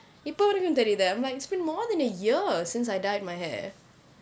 இப்போ வரைக்கும் தெரியுது:ippo varaikkum theriyuthu I'm like it's been more than a year since I dyed my hair